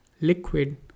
liquid